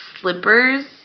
slippers